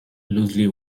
loosely